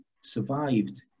survived